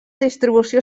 distribució